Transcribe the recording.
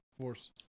force